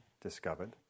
discovered